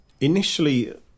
Initially